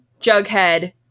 jughead